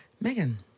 Megan